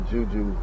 Juju